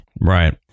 Right